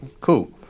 Cool